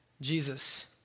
Jesus